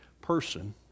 person